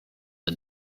the